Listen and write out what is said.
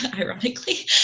ironically